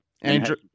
Andrew